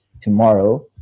tomorrow